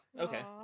okay